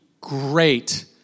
great